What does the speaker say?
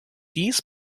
dies